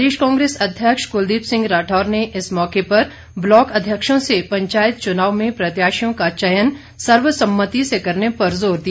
प्रदेश कांग्रेस अध्यक्ष कुलदीप सिंह राठौर ने इस मौके पर ब्लॉक अध्यक्षों से पंचायत चुनाव में प्रत्याशियों का चयन सर्वसम्मति से करने पर जोर दिया